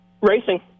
Racing